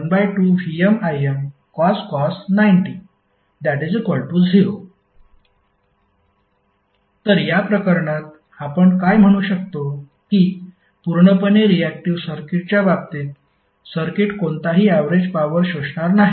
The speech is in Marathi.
P12VmImcos 90 0 तर या प्रकरणात आपण काय म्हणू शकतो की पूर्णपणे रीऍक्टिव सर्किटच्या बाबतीत सर्किट कोणताही ऍवरेज पॉवर शोषणार नाही